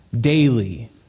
daily